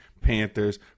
Panthers